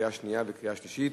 לקריאה שנייה ולקריאה שלישית.